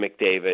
McDavid